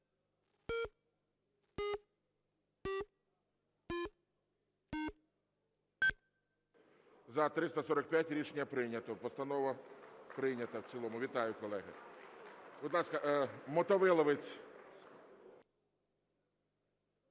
За-345 Рішення прийнято. Постанова прийнята в цілому. Вітаю, колеги. Будь ласка, Мотовиловець.